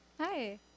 hi